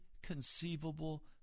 Conceivable